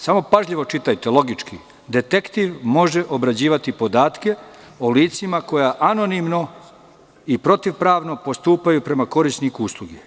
Samo pažljivo čitajte logički – detektiv može obrađivati podatke o licima koja anonimno i protivpravno postupaju protiv korisnika usluge.